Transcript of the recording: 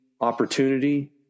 opportunity